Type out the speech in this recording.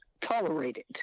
tolerated